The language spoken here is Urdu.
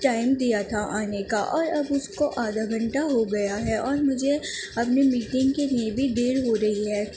ٹائم دیا تھا آنے کا اور اب اس کو آدھا گھنٹہ ہو گیا ہے اور مجھے اپنی میٹنگ کے لیے بھی دیر ہو رہی ہے